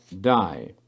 die